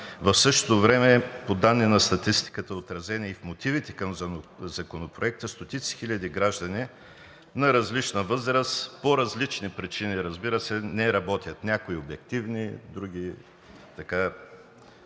В същото време по данни на статистката, отразени и в мотивите към Законопроекта, стотици, хиляди граждани на различна възраст по различни причини, разбира се, не работят. Някои са обективни, други –